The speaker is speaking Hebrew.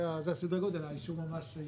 זה סדרי הגודל, האישור היה ממש לאחרונה.